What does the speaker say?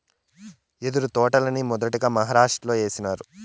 యెదురు తోటల్ని మొదటగా మహారాష్ట్రలో ఏసినారు